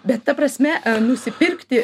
bet ta prasme nusipirkti